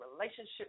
relationship